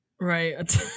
Right